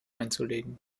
einzulegen